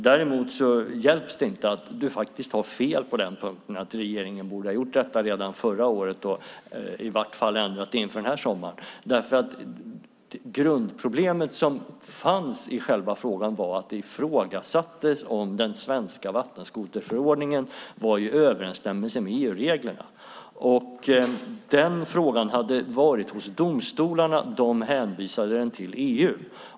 Däremot, det hjälps inte, har du faktiskt fel på den punkten att regeringen borde ha gjort detta redan förra året eller i vart fall inför den här sommaren, därför att grundproblemet i frågan var att det ifrågasattes om den svenska vattenskoterförordningen var i överensstämmelse med EU-reglerna. Frågan hade varit hos domstolarna som hänvisade den till EU.